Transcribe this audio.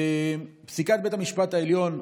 פסיקת בית המשפט העליון,